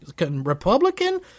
Republican